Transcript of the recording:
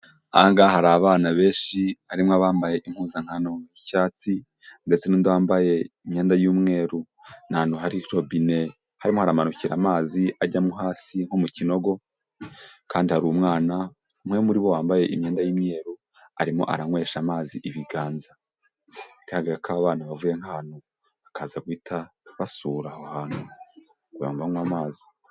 Aha ngaha hari abana benshi harimo abambaye impuzankano y'icyatsi ndetse n'undi wambaye imyenda y'umweru. Ni ahantu hari robine harimo haramanukira amazi ajyamo hasi nko mu kinogo kandi hari umwana umwe muri bo wambaye imyenda y'imyeru arimo aranywesha amazi ibiganza, bigaragara ko aba bana bavuye nk'ahantu bakaza guhita basura aho hantu kugira ngo banywe amazi.